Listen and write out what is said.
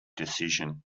decision